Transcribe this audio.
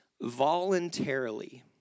voluntarily